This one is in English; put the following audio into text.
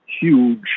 huge